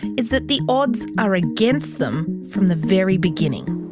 is that the odds are against them from the very beginning.